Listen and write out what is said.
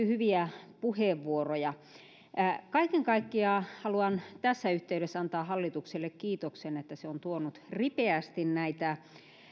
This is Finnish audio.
hyviä puheenvuoroja kaiken kaikkiaan haluan tässä yhteydessä antaa hallitukselle kiitoksen siitä että se on tuonut ripeästi näitä